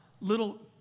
little